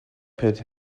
pit